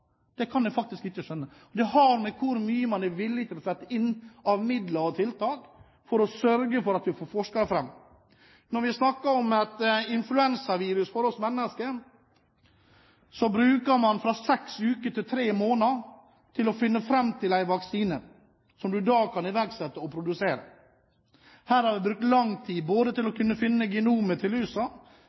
Det kan jeg faktisk ikke skjønne. Det har å gjøre med hvor mye man er villig til å sette inn av midler og tiltak for å sørge for at vi får forsket det fram. Når vi snakker om et influensavirus for oss mennesker, bruker man fra seks uker til tre måneder på å finne fram til en vaksine som man kan iverksette og produsere. Vi har brukt lang tid både på å finne genomet til lusa og på å